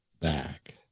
back